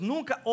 Nunca